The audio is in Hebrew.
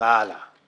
אני לא יודע.